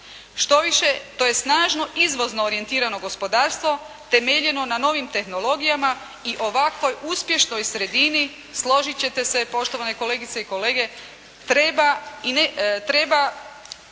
Štoviše, to je snažno izvozno orijentirano gospodarstvo temeljno na novim tehnologijama i ovakvoj uspješnoj sredini, složiti ćete se poštovane kolegice i kolege treba